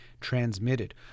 transmitted